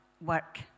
work